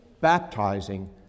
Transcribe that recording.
baptizing